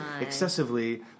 excessively